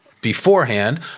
beforehand